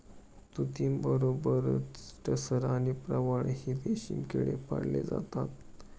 तुतीबरोबरच टसर आणि प्रवाळावरही रेशमी किडे पाळले जातात